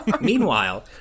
Meanwhile